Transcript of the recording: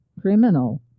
criminal